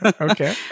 Okay